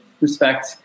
respect